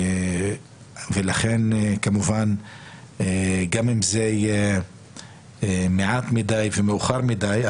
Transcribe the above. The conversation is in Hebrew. גם אם זה מעט מדי ומאוחר מדי,